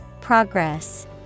Progress